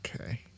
okay